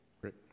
Great